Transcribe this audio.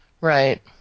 right